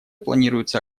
планируется